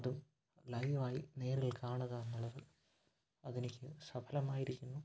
അതും ലൈവ് ആയി നേരിൽ കാണുക എന്നുള്ളത് അതെനിക്ക് സഫലമായിരിക്കുന്നു